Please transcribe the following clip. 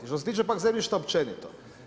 Što se tiče pak zemljišta općenito.